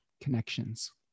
connections